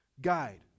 Guide